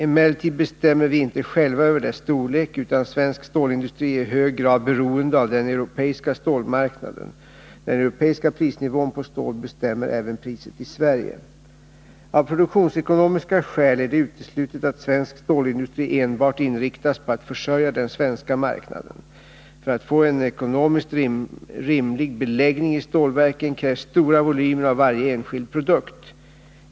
Emellertid bestämmer vi inte själva över dess storlek, utan svensk stålindustri är i hög grad beroende av den europeiska stålmarknaden. Den europeiska prisnivån på stål bestämmer även priset i Sverige. Av produktionsekonomiska skäl är det uteslutet att svensk stålindustri enbart inriktas på att försörja den svenska marknaden. För att få en ekonomiskt rimlig beläggning i stålverken krävs stora volymer av varje enskild produkt.